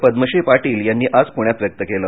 पद्मश्री पाटील यांनी आज पुण्यात व्यक्त केलं